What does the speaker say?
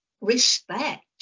respect